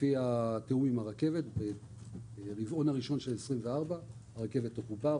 לפי התיאום עם הרכבת ברבעון הראשון של 2024 הרכבת תחובר.